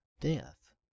death